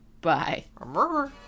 Bye